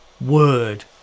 word